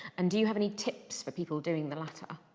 and do you have any tips for people doing the latter?